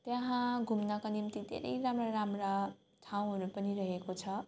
त्यहाँ घुम्नका निम्ति धेरै राम्रा राम्रा ठाउँहरू पनि रहेको छ